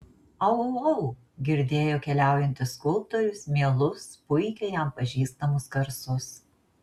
au au au girdėjo keliaujantis skulptorius mielus puikiai jam pažįstamus garsus